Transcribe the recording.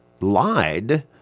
lied